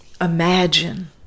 imagine